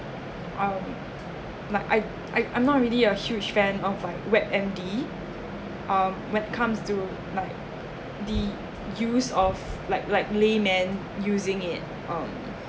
um like I I I'm not really a huge fan of like web M_D um when comes to like the use of like likely man using it um